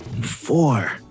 Four